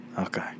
Okay